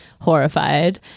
horrified